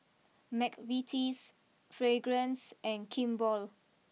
McVitie's Fragrance and Kimball